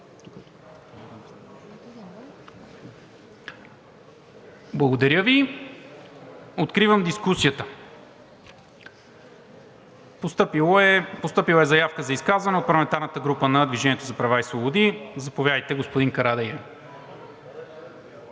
Благодаря Ви. Откривам дискусията. Постъпила е заявка за изказване от парламентарната група на „Движение за права и свободи“. Заповядайте, господин Карадайъ.